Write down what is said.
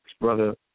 Brother